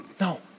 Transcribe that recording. No